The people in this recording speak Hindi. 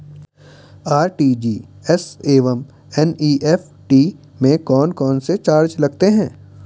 आर.टी.जी.एस एवं एन.ई.एफ.टी में कौन कौनसे चार्ज लगते हैं?